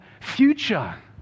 future